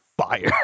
fire